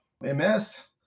MS